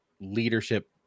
leadership